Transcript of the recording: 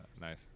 nice